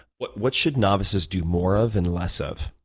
what what should novices do more of and less of?